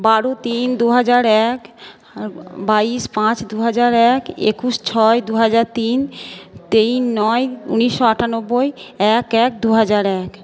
বারো তিন দুহাজার এক বাইশ পাঁচ দুহাজার এক একুশ ছয় দুহাজার তিন তেইশ নয় উনিশশো আটানব্বই এক এক দুহাজার এক